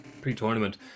pre-tournament